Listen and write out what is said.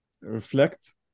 reflect